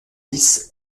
dix